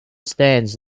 stands